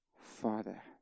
Father